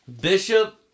Bishop